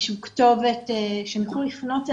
איזה שהוא כתובת שהם יוכלו לפנות,